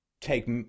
take